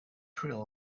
thrill